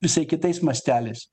visai kitais masteliais